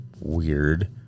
weird